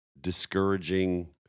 discouraging